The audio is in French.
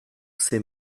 ces